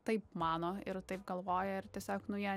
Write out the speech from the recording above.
taip mano ir taip galvoja ir tiesiog nu jie